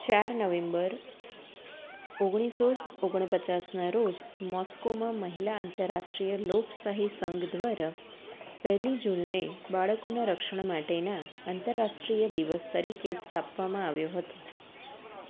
ચાર નવેમ્બર ઓગણીસસો ઓગણપચાસના રોજ મૉસ્કોમાં મહિલા આંતરરાષ્ટ્રીય લોકશાહી સંઘ દ્વારા પહેલી જૂનને બાળકોનાં રક્ષણ માટેના આંતરરાષ્ટ્રીય દિવસ તરીકે સ્થાપવામાં આવ્યો હતો